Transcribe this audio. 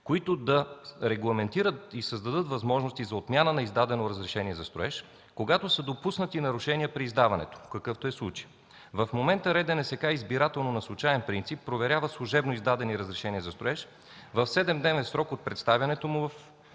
които да регламентират и създадат възможности за отмяна на издадено разрешение за строеж, когато са допуснати нарушения при издаването, какъвто е случаят. В момента РДНСК избирателно, на случаен принцип проверява служебно издадени разрешения за строеж в 7-дневен срок от представянето му в